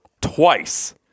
twice